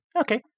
Okay